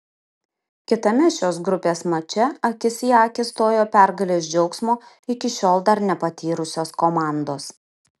kitame šios grupės mače akis į akį stojo pergalės džiaugsmo iki šiol dar nepatyrusios komandos